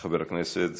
חבר הכנסת זחאלקה,